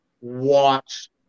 watch